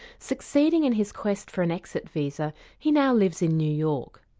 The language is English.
succeeding in his quest for an exit visa he now lives in new york.